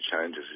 changes